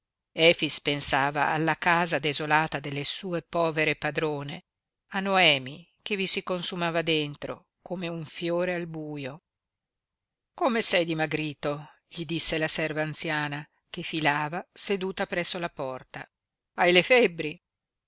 efix pensava alla casa desolata delle sue povere padrone a noemi che vi si consumava dentro come un fiore al buio come sei dimagrito gli disse la serva anziana che filava seduta presso la porta hai le febbri